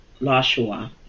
Lashua